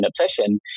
obsession